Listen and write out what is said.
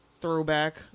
throwback